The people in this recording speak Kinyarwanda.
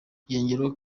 yongeraho